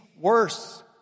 worse